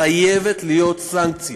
חייבת להיות סנקציה.